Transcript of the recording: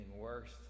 worse